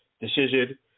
decision